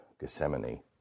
Gethsemane